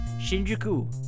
Shinjuku